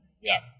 Yes